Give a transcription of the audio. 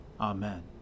Amen